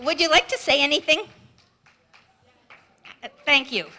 would you like to say anything thank